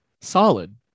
Solid